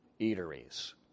eateries